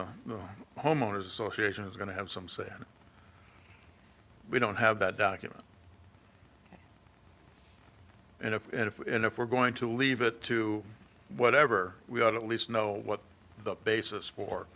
the homeowner's association is going to have some say we don't have that document and if and if we're going to leave it to whatever we ought at least know what the basis for